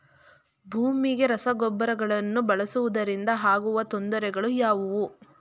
ಭೂಮಿಗೆ ರಸಗೊಬ್ಬರಗಳನ್ನು ಬಳಸುವುದರಿಂದ ಆಗುವ ತೊಂದರೆಗಳು ಯಾವುವು?